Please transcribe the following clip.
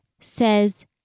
says